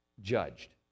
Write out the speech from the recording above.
Judged